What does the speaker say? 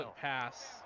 pass